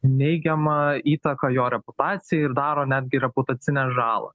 neigiamą įtaką jo reputacijai ir daro netgi reputacinę žalą